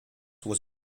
was